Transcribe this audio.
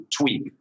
tweak